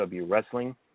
wrestling